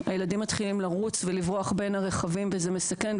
הילדים מתחיל לרוץ ולברוח בין הרכבים וזה מסכן.